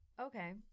Okay